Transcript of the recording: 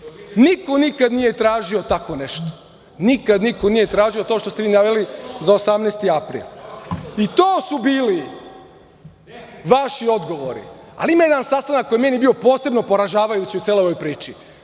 Nikad niko nije tražio tako nešto. Nikad niko nije tražio to što ste vi naveli za 18. april. To su bili vaši odgovori, ali ima jedan sastanak koji je meni bio posebno poražavajući u celoj ovoj priči,